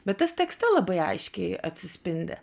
bet tas tekste labai aiškiai atsispindi